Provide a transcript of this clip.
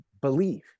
Believe